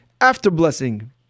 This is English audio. after-blessing